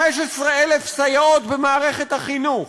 15,000 סייעות במערכת החינוך,